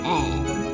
end